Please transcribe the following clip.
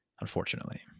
unfortunately